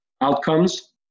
outcomes